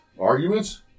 Arguments